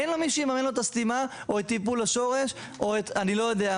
אין לו מי שיממן לו את הסתימה או את טיפול השורש או את השיננית.